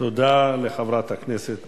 תודה לחברת הכנסת